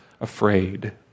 afraid